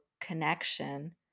connection